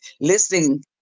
listening